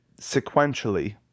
sequentially